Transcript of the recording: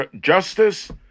justice